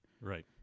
Right